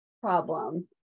problem